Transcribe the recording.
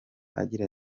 agira